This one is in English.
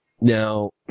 now